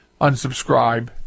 unsubscribe